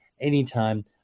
anytime